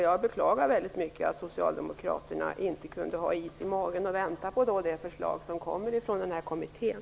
Jag beklagar väldigt mycket att socialdemokraterna inte kunde ha is i magen och vänta på det förslag som kommer från kommittén.